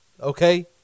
Okay